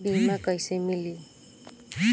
बीमा कैसे मिली?